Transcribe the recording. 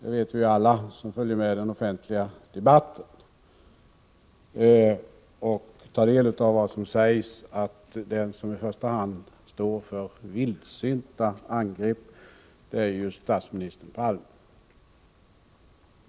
Alla vi som följer den offentliga debatten och = Nr 148 tar del av vad som sägs vet ju att den som i första hand står för vildsinta angrepp är ju statsminister Palme.